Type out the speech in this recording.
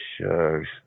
Shucks